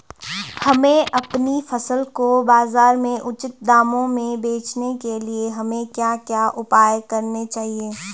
हमें अपनी फसल को बाज़ार में उचित दामों में बेचने के लिए हमें क्या क्या उपाय करने चाहिए?